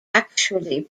actually